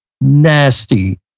nasty